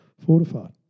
fortified